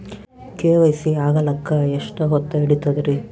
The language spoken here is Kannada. ಕೆ.ವೈ.ಸಿ ಆಗಲಕ್ಕ ಎಷ್ಟ ಹೊತ್ತ ಹಿಡತದ್ರಿ?